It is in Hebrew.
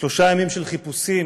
שלושה ימים של חיפושים,